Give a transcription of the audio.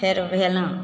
फेर भेल